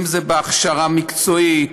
אם זה בהכשרה מקצועית,